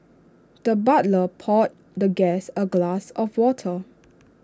the butler poured the guest A glass of water